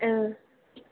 ओ